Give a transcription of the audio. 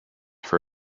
for